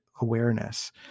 awareness